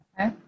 Okay